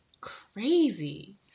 crazy